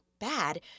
bad